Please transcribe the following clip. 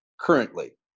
currently